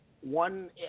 one